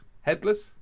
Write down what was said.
headless